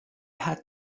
had